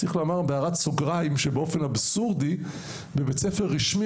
צריך לומר בהערת סוגריים שבאופן אבסורדי בבית ספר רשמי